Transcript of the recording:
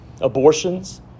abortions